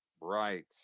Right